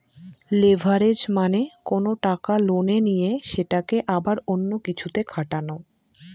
leverage মানে কোনো টাকা লোনে নিয়ে সেটাকে আবার অন্য কিছুতে খাটানো